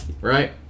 Right